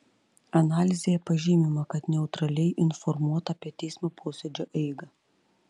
analizėje pažymima kad neutraliai informuota apie teismo posėdžių eigą